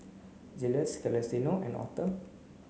Jiles Celestino and Authur